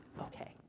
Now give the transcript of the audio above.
okay